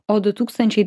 o du tūkstančiai